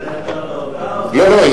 אתה הכתרת אותה או, לא, לא.